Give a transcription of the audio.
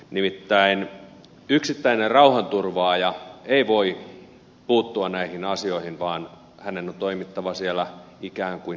nimittäin yksittäinen rauhanturvaaja ei voi puuttua näihin asioihin vaan hänen on toimittava siellä ikään kuin maassa maan tavalla